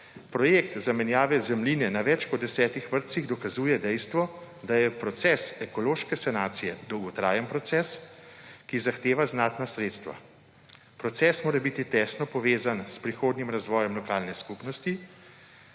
Projekt zamenjave zemljine v več kot 10 vrtcih dokazuje dejstvo, da je proces ekološke sanacije dolgotrajen proces, ki zahteva znatna sredstva. Proces mora biti tesno povezan s prihodnjim razvojem lokalne skupnosti.